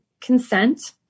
consent